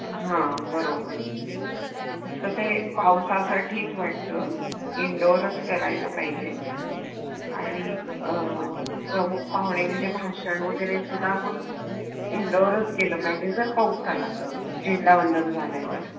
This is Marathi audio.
हां बरोबर फक्त ते पावसासाठीच वाटतं इनडोरच करायला पाहिजे आणि प्रमुख पाहुणे म्हणजे भाषण वगैरे सुद्धा मग इनडोरच केलं पाहिजे जर पाऊस आला तर झेंडावंदन झाल्यावर